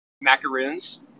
Macaroons